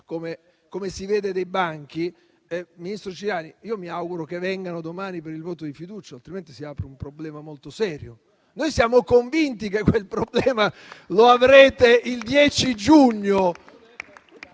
come si vede dai suoi banchi. Ministro Ciriani, mi auguro che vengano domani per il voto di fiducia, altrimenti si apre un problema molto serio. Noi siamo convinti che quel problema lo avrete il 10 giugno,